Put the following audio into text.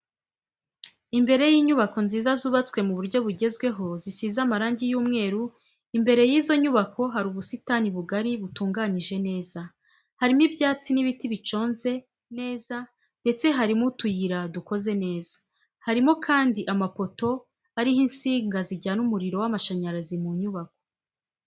Imbere y'inyubako nziza zubatswe mu buryo bugezweho zisize amarangi y'umweru imbere y'izo nyubako hari ubusitani bugari butunganyijwe neza, harimo ibyatsi n'ibiti biconze neza ndetse harimo utuyira dukoze neza, harimokandi amapoto ariho insinga zijyana umuriro w'amashanyarazi mu nyubako.